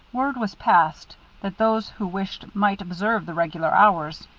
word was passed that those who wished might observe the regular hours,